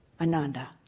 Ananda